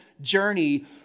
journey